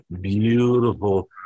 Beautiful